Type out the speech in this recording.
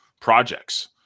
projects